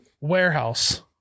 Warehouse